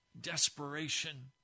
Desperation